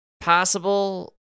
possible